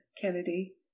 Kennedy